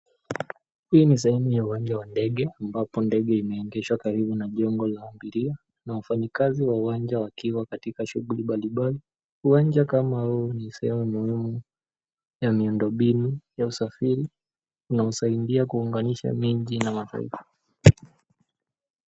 Hii ni sehemu ya uwanja wa ndege ambapo ndege imeegeshwa karibu najengo la abiria na wafanyakazi wa uwanja wakiwa katika shughuli mbali mbali. Uwanja kama huu ni sera muhimu ya miundo mbinu ya usafiri unaosaidia kuunganisha miji na mahali.